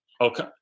Okay